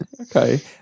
okay